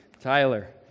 Tyler